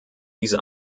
diese